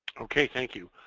okay, thank you.